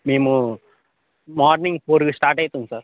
మేము మార్నింగ్ ఫోర్కి స్టార్ట్ అవుతాం సార్